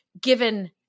given